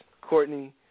Courtney